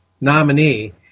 nominee